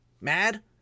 mad